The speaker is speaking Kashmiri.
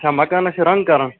اچھا مَکانس چھا رنٛگ کَرُن